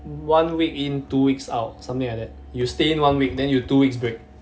one week in two weeks out something like that you stay in one week then you two weeks break